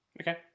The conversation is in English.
Okay